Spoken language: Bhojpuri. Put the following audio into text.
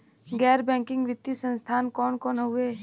गैर बैकिंग वित्तीय संस्थान कौन कौन हउवे?